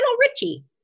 Richie